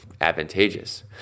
advantageous